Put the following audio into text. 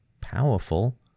powerful